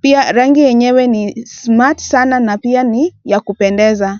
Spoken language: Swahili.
pia rangi yenyewe ni smart sana na pia ni ya kupendeza.